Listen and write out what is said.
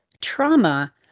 trauma